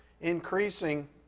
increasing